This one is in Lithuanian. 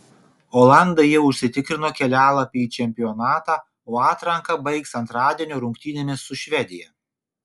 olandai jau užsitikrino kelialapį į čempionatą o atranką baigs antradienio rungtynėmis su švedija